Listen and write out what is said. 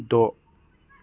द'